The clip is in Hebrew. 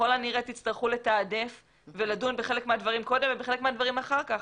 ככל הנראה תצטרכו לתעדף ולדון בחלק מהדברים קודם ובחלק מהדברים אחר כך.